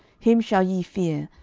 him shall ye fear,